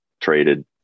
traded